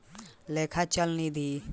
लेखा चल निधी योजना बहुत बड़ योजना हवे